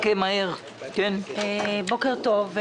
בוקר טוב.